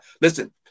Listen